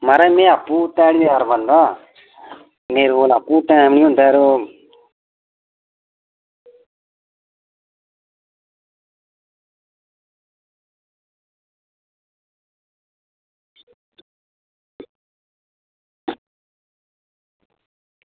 म्हाराज में आपूं ध्याड़ीदार बंदा मेरे कोल आपूं टैम निं होंदा यरो